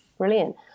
Brilliant